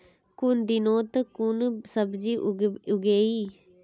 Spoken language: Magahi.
कुन दिनोत कुन सब्जी उगेई?